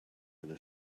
gonna